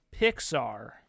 Pixar